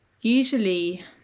usually